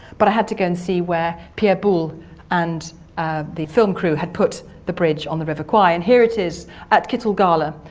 but i had to go and see where pierre boulle and the film crew had put the bridge on the river kwai. and here it is at kitulgala,